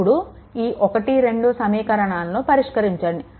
ఇప్పుడు ఈ 1 2 సమీకరణాలను పరిష్కరించండి